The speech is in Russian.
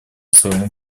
своему